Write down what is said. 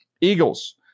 Eagles